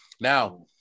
Now